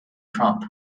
trump